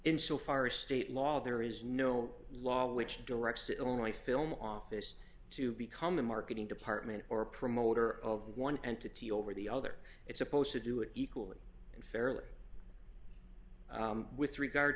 insofar as state law there is no law which directs the only film office to become a marketing department or a promoter of one entity over the other it's supposed to do it equally and fairly with regard